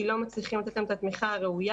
כי לא מצליחים לתת להם את התמיכה הראויה,